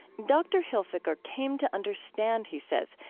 dr. hilfiker came to understand, he says,